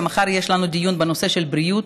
ומחר יש לנו דיון בנושא של בריאות,